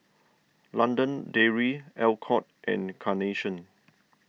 London Dairy Alcott and Carnation